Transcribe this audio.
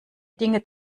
dinge